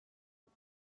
dut